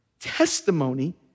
testimony